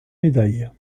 médaille